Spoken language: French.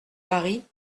mari